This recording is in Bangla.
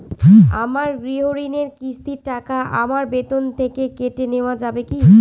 আমার গৃহঋণের কিস্তির টাকা আমার বেতন থেকে কেটে নেওয়া যাবে কি?